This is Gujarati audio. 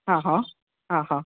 હા હા હા હા